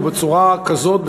ובצורה כזאת,